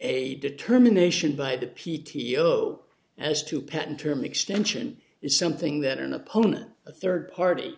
a determination by the p t o as to patent term extension is something that an opponent a third party